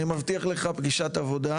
אני מבטיח לך פגישת עבודה,